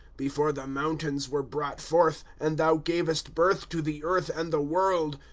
before the mountains were brought forth, and thou gavcst birth to the earth and the world.